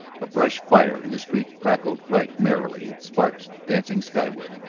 a brush fire in the street crackled right merrily, its sparks dancing skyward.